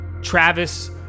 Travis